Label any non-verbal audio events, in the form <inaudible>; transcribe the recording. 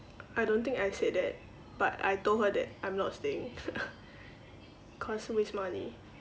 I don't think I said that but I told her that I'm not staying <laughs> cause waste money